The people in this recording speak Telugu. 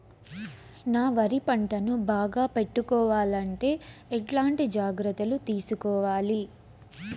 నా వరి పంటను బాగా పెట్టుకోవాలంటే ఎట్లాంటి జాగ్రత్త లు తీసుకోవాలి?